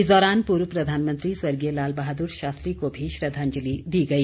इस दौरान पूर्व प्रधानमंत्री स्वर्गीय लाल बहादुर शास्त्री को भी श्रद्धांजलि दी गई